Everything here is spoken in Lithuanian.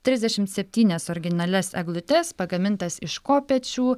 trisdešimt septynias originalias eglutes pagamintas iš kopėčių